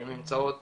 הן נמצאות